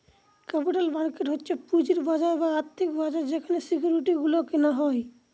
capital market হচ্ছে পুঁজির বাজার বা আর্থিক বাজার যেখানে সিকিউরিটি গুলো কেনা হয়